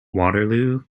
waterloo